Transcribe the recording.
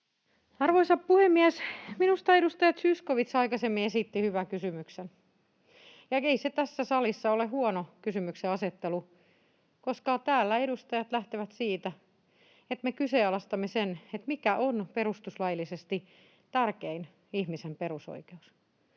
Arvoisa puhemies! Minusta edustaja Zyskowicz aikaisemmin esitti hyvän kysymyksen. Ei se tässä salissa ole huono kysymyksenasettelu, koska täällä edustajat lähtevät siitä, että me kyseenalaistamme sen, mikä on perustuslaillisesti tärkein ihmisen perusoikeus.